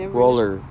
roller